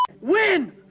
Win